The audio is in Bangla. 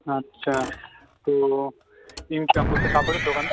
আচ্ছা তো ইনকাম বলতে কাপড়ের দোকান তো